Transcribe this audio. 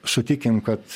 sutikim kad